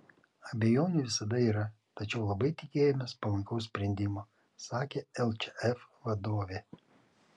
abejonių visada yra tačiau labai tikėjomės palankaus sprendimo sakė lčf vadovė